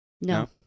No